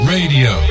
Radio